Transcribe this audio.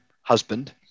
husband